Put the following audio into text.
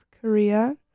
Korea